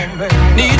Need